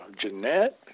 Jeanette